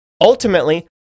Ultimately